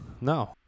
No